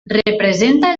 representa